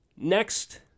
Next